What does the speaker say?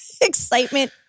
excitement